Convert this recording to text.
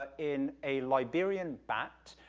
ah in a liberian bat,